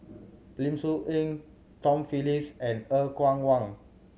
Lim Soo Ngee Tom Phillips and Er Kwong Wah